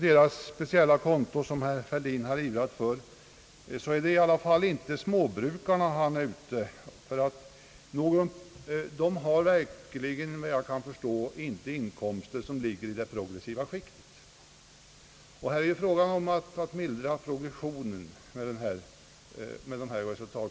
Det speciella konto som herr Fälldin har ivrat för är i varje fall inte avsett för småbrukarna. Efter vad jag kan förstå, har de verkligen inte inkomster i det progressiva skiktet, och avsikten med resultatkontona är ju i första hand att mildra progressionen.